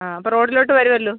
ആ അപ്പം റോഡിലോട്ട് വരുമല്ലോ